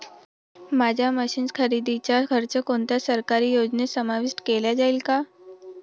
माझ्या मशीन्स खरेदीचा खर्च कोणत्या सरकारी योजनेत समाविष्ट केला जाईल का?